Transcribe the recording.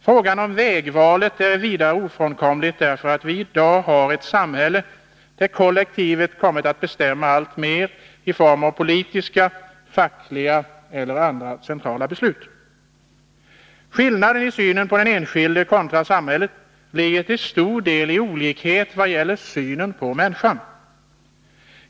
Frågan om vägvalet är vidare ofrånkomlig därför att vi i dag har ett samhälle där kollektivet har kommit att bestämma alltmera i form av politiska, fackliga eller andra centrala beslut. Skillnaden i synen på den enskilde kontra samhället ligger till stor del i olikhet vad gäller synen på människan.